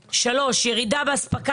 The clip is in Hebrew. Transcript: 3. ירידה באספקה,